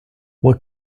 what